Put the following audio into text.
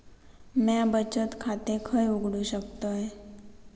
म्या बचत खाते खय उघडू शकतय?